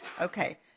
Okay